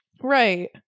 Right